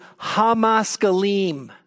Hamaskalim